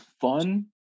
fun